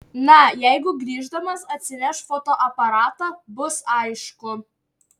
na jeigu grįždamas atsineš fotoaparatą bus aišku